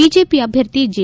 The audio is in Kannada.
ಬಿಜೆಪಿ ಅಭ್ಯರ್ಥಿ ಜೆ